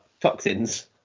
toxins